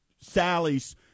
Sally's